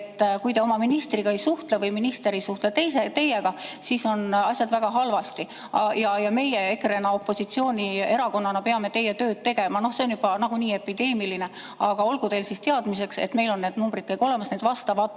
Kui te oma ministriga ei suhtle või minister ei suhtle teiega, siis on asjad väga halvasti ja meie, EKRE, opositsioonierakonnana peame teie tööd tegema. See on juba nagunii epideemiline. Aga olgu teile siis teadmiseks, et meil on need numbrid kõik olemas, need vastavad